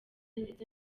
ndetse